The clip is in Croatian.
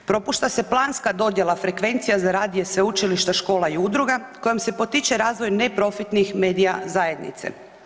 Propušta se planska dodjela frekvencija za radije sveučilišta, škola i udruga kojom se potiče razvoj neprofitnih medija zajednice.